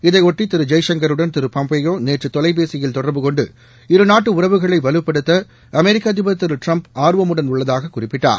இதைபொட்டி திரு ஜெய்சங்கருடன் திரு பாம்பியோ நேற்று தொலைபேசியில் தொடர்பு கொண்டு இருநாட்டு உறவுகளை வலுப்படுத்த அமெரிக்க அதிபர் திரு டிரம்ப் ஆர்வமுடன் உள்ளதாக குறிப்பிட்டார்